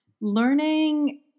learning